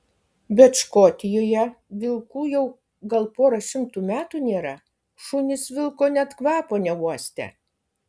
bet škotijoje vilkų jau gal pora šimtų metų nėra šunys vilko net kvapo neuostę